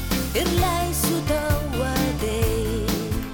ir leisiu tau ateit